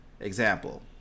Example